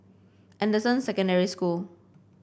Anderson Secondary School